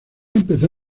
empezó